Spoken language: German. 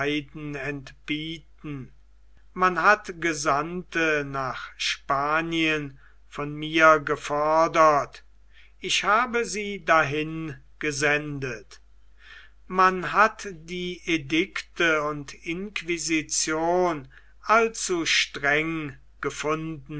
man hat gesandte nach spanien von mir gefordert ich habe sie dahin gesendet man hat die edikte und inquisition allzu streng gefunden